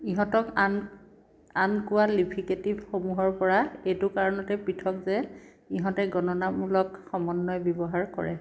ইহঁতক আন আন কোৱালিফিকেটিভসমূহৰ পৰা এইটো কাৰণতেই পৃথক যে ইহঁতে গণনামূলক সমন্বয় ব্যৱহাৰ কৰে